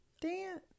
dance